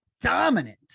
dominant